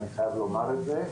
אני חייב לומר את זה,